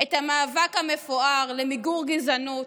את המאבק המפואר למיגור גזענות,